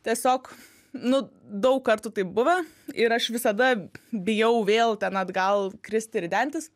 tiesiog nu daug kartų taip buvę ir aš visada bijau vėl ten atgal kristi ridentis